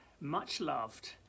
much-loved